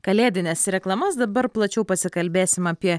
kalėdines reklamas dabar plačiau pasikalbėsim apie